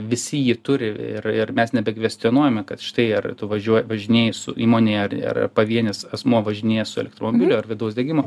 visi jį turi ir ir mes nebekvestionuojame kad štai ar tu važiuo važinėji su įmonėje ar ir pavienis asmuo važinėja su elektromobiliu ar vidaus degimo